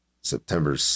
September